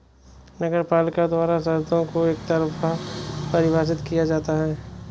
नगरपालिका द्वारा शर्तों को एकतरफा परिभाषित किया जाता है